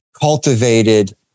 cultivated